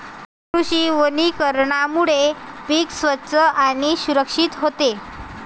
कृषी वनीकरणामुळे पीक स्वच्छ आणि सुरक्षित होते